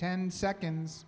ten seconds